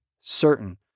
certain